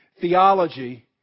theology